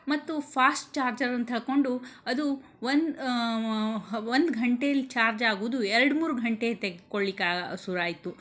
ಮತ್ತು ಫಾಸ್ಟ್ ಚಾರ್ಜರನ್ನು ತಕ್ಕೊಂಡು ಅದು ಒಂದು ಒಂದು ಗಂಟೇಲಿ ಚಾರ್ಜ್ ಆಗೋದು ಎರಡು ಮೂರು ಗಂಟೆ ತೆಕ್ಕೊಳ್ಳಿಕ್ಕೆ ಶುರುವಾಯ್ತು